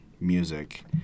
music